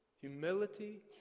humility